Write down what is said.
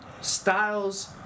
Styles